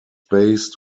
based